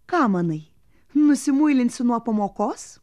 ką manai nusimuilinsi nuo pamokos